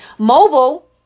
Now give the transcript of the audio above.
Mobile